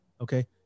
okay